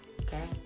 Okay